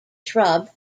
shrub